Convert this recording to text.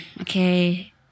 okay